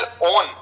own